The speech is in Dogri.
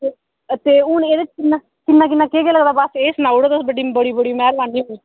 ते ते हून एह्दे च किन्ना किन्ना केह् केह् लगदा बस एह् सनाई ओड़ो तुस बड़ी बड़ी मैह्रबानी होग